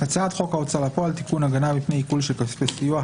"הצעת חוק ההוצאה לפועל (תיקון הגנה מפעי עיקול של כספי סיוע),